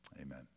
Amen